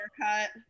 haircut